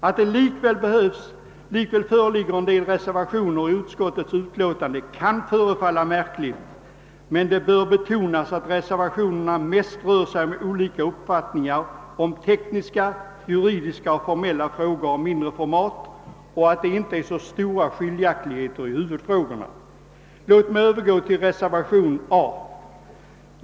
Att det likväl fogats en del reservationer till utskottets utlåtande kan förefalla märkligt, men det bör framhållas att reservationerna mest rör sig om olika uppfattningar i tekniska, juridiska och formella frågor av mindre format och att det inte är så stora skiljaktigheter i huvudfrågorna. Låt mig övergå till reservationen I vid A i utskottets hemställan.